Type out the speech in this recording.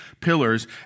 pillars